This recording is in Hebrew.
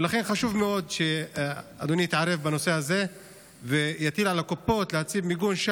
ולכן חשוב מאוד שאדוני יתערב בנושא הזה ויטיל על הקופות להציב שם מיגון,